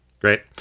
great